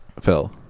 Phil